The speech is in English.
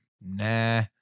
nah